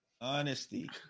Honesty